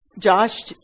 Josh